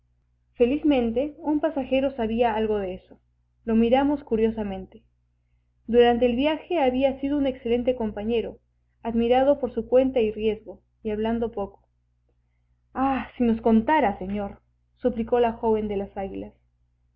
felizmente un pasajero sabía algo de eso lo miramos curiosamente durante el viaje había sido un excelente compañero admirando por su cuenta y riesgo y hablando poco ah si nos contara señor suplicó la joven de las águilas